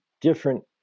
different